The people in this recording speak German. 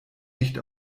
nicht